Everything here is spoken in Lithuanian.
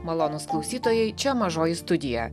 malonūs klausytojai čia mažoji studija